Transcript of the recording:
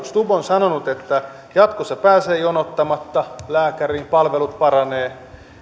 stubb on sanonut että jatkossa pääsee jonottamatta lääkäriin palvelut paranevat